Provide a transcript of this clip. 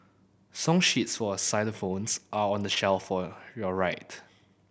song sheets for xylophones are on the shelf for your right